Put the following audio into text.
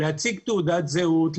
להציג תעודת זהות,